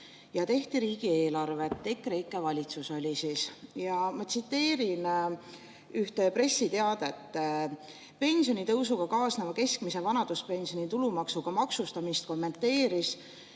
ja tehti riigieelarvet, EKREIKE valitsus oli siis. Ja ma tsiteerin ühte pressiteadet. Pensionitõusuga kaasnenud keskmise vanaduspensioni tulumaksuga maksustamist kommenteeris